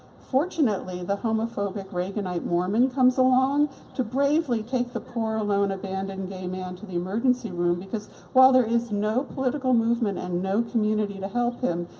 fortunately, the homophobic reaganite mormon comes along to bravely take the poor alone abandoned gay man to the emergency room, because while there is no political movement and no community to help him,